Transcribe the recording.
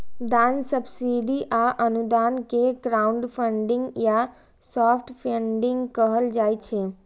दान, सब्सिडी आ अनुदान कें क्राउडफंडिंग या सॉफ्ट फंडिग कहल जाइ छै